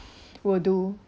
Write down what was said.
will do